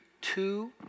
two